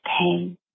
pain